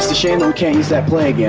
shame on kings that play against